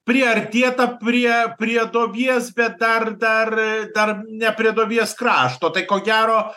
priartėta prie prie duobies bet dar dar dar ne prie duobės krašto tai ko gero